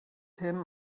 him